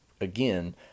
again